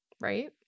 Right